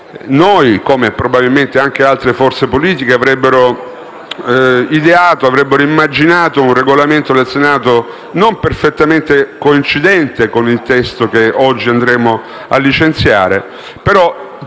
noi, come probabilmente anche altre forze politiche, avremmo ideato e immaginato un Regolamento del Senato non perfettamente coincidente con il testo che oggi andremo a licenziare.